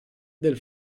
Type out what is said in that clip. del